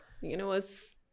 Universe